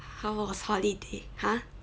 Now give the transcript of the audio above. how was holiday !huh!